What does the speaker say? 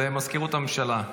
זה מזכירות הממשלה.